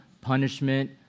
punishment